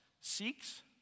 seeks